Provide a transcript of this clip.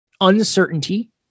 uncertainty